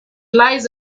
lies